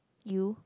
you